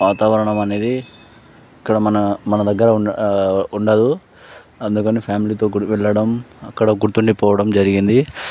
వాతావరణం అనేది ఇక్కడ మన మన దగ్గర ఉండదు అందుకని ఫ్యామిలీతో గుడికి వెళ్ళడం అక్కడ గుర్తుండిపోవడం జరిగింది